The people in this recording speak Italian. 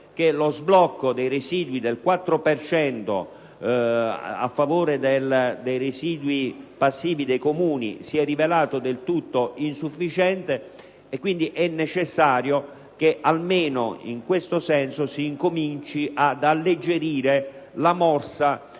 che lo sblocco dei residui del 4 per cento a favore dei residui passivi dei Comuni si è rivelato del tutto insufficiente e quindi è necessario che almeno in questo senso si incominci a alleggerire la morsa